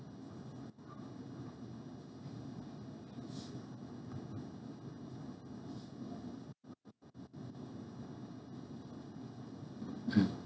mmhmm